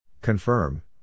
Confirm